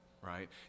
right